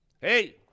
hey